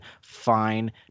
fine